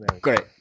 great